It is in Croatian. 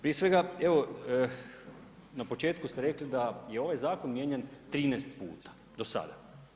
Prije svega evo, na početku ste rekli da je ovaj zakon mijenjan 13 puta do sada.